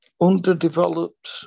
underdeveloped